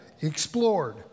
explored